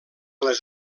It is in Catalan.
les